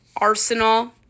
Arsenal